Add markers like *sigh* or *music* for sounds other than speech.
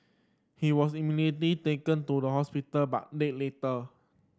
he was *unintelligible* taken to the hospital but died later